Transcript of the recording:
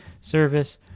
service